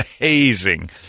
amazing